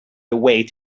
await